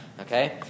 Okay